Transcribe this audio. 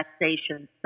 relaxation